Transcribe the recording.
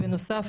בנוסף,